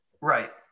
right